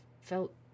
felt